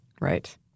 Right